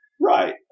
Right